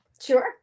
Sure